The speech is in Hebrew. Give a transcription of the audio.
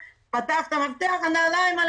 כאשר תפתח שוב את החנות הנעליים מחכות